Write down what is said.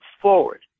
forward